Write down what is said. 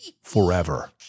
forever